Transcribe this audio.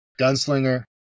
Gunslinger